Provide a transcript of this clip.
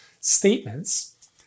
statements